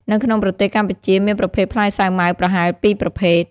នៅក្នុងប្រទេសកម្ពុជាមានប្រភេទផ្លែសាវម៉ាវប្រហែល ២ ប្រភេទ